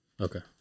Okay